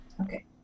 Okay